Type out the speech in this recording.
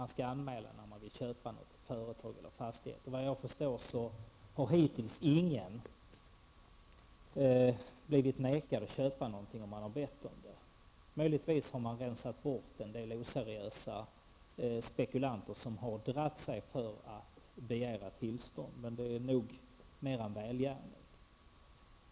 Man skall anmäla när man vill köpa ett företag eller en fastighet, och såvitt jag förstår har hittills ingen som bett att få köpa blivit förvägrad detta. Möjligtvis har man rensat bort en del oseriösa spekulanter, som har dragit sig för att begära tillstånd, men det är nog mest en välgärning.